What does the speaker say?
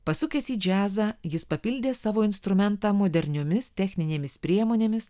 pasukęs į džiazą jis papildė savo instrumentą moderniomis techninėmis priemonėmis